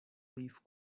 leaf